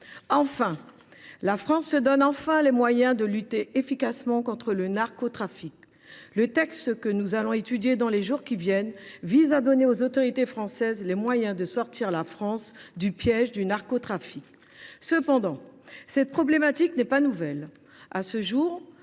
Enfin, la France se donne les moyens de lutter efficacement contre le narcotrafic ! Le texte dont nous commençons l’examen entend donner aux autorités françaises les moyens de sortir la France du piège du narcotrafic. Cependant, cette problématique n’est pas nouvelle.